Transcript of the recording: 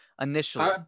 initially